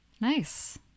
Nice